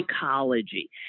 psychology